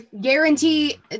guarantee